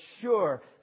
sure